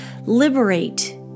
liberate